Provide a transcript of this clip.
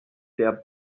der